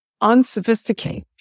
unsophisticated